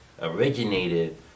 originated